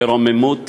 שרוממות